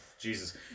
Jesus